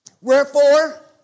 Wherefore